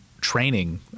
training